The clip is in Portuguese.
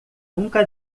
nunca